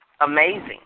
amazing